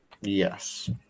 yes